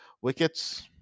wickets